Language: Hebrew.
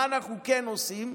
מה אנחנו כן עושים?